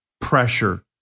pressure